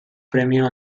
premio